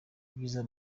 ibyiza